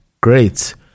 Great